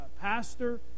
pastor